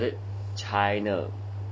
was it china china ya